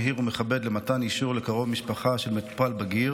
מהיר ומכבד למתן אישור לקרוב משפחה של מטופל בגיר